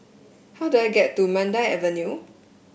how do I get to Mandai Avenue